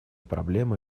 проблема